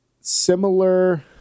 similar